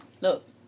Look